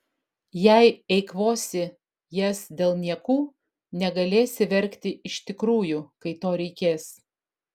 jei eikvosi jas dėl niekų negalėsi verkti iš tikrųjų kai to reikės